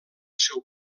seu